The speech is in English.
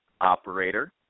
operator